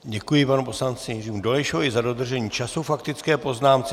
Děkuji panu poslanci Jiřímu Dolejšovi i za dodržení času k faktické poznámce.